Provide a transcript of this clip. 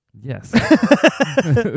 Yes